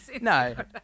no